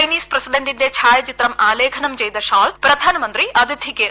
Chinese പ്രസിഡന്റിന്റെ ഛായാചിത്രം ആലേഖനം ചെയ്ത ഷോൾ പ്രധാനമന്ത്രി അതിഥിക്ക് സമ്മാനിച്ചു